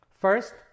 First